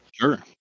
Sure